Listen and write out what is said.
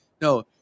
No